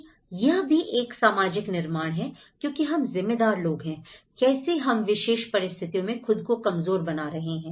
की यह भी एक सामाजिक निर्माण है क्योंकि हम जिम्मेदार लोग हैं कैसे हम विशेष परिस्थितियों में खुद को कमजोर बना रहे हैं